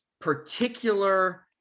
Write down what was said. particular